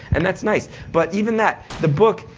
and that's nice, but even that, the book,